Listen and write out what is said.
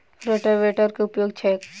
रोटावेटरक केँ उपयोग छैक?